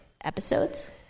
episodes